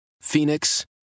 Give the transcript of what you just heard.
Phoenix